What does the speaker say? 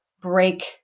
break